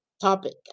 topic